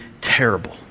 terrible